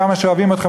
כמה שאוהבים אתכם,